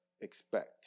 expect